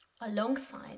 alongside